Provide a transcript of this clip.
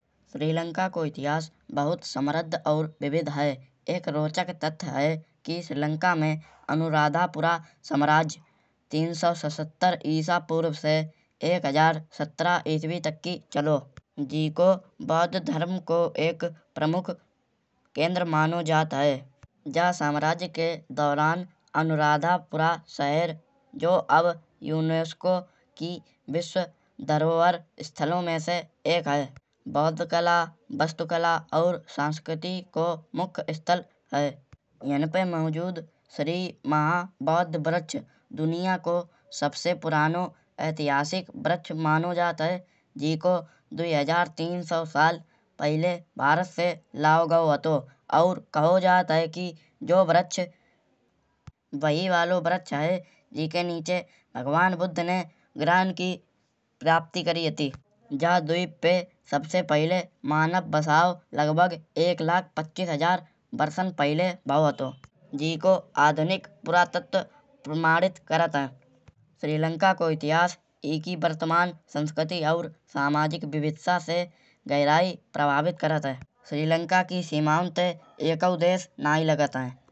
श्रीलंका को इतिहास बहुत समृद्ध और विविध है। एक रोचक तथ्य है। कि श्रीलंका में अनुराधापुर साम्राज्य तीन सौ सत्तर ईसा पूर्व से एक हज़ार सत्रह इसवी तक की चलो। जेको बौध धर्म को एक प्रमुख केंद्र मानो जात है। जा साम्राज्य के दौरान अनुराधापुर शहर जो अब यूनेस्को की विश्व धरोहर स्थलों में से एक है। बौध कला वास्तुकला और संस्कृति को मुख्य स्थल है। याहँ पे मौजूद श्री महा बौध व्रक्ष दुनिया को सबसे पुरानो ऐतिहासिक वृक्ष मानो जात है। जेको दुयी हजार तीन सौ साल पहिले भारत से लाओ गाओ हथो। और कहो जात है कि यो व्रक्ष वही वालो व्रक्ष है। जेके नीचे भगवान बुद्ध ने वीरान की प्राप्ति करी हती। जा द्वीप पे सबसे पहिले मानव बसे लगभग एक लाख पच्चीस हजार बरसों पहिले भाओ हथो। जेको आधुनिक पुरातत्व प्रमाणित करत है। श्रीलंका को इतिहास एकी वर्तमान संस्कृति और सामाजिक विविधता से गहराई प्रभावित करत है। श्रीलंका की सीमाओं ते एकौ देश नायी लागत है। जौ एक विशेष बात है एके बारे में।